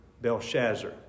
Belshazzar